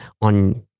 on